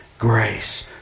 grace